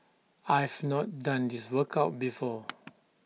I've not done this workout before